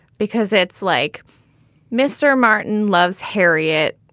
because it's like mr. martin loves harriet.